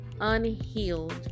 unhealed